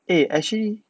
eh actually